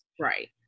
Right